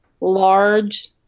large